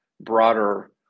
broader